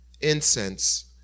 incense